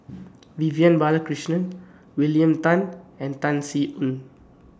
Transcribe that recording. Vivian Balakrishnan William Tan and Tan Sin Aun